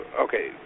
Okay